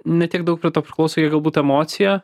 ne tiek daug prie to priklauso kiek galbūt emocija